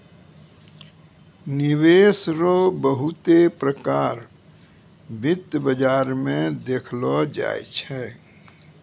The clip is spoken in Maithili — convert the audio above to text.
निवेश रो बहुते प्रकार वित्त बाजार मे देखलो जाय छै